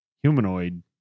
humanoid